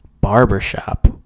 Barbershop